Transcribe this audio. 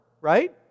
right